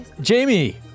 Jamie